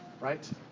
right